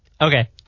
Okay